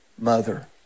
mother